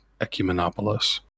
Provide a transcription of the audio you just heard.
ecumenopolis